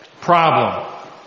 Problem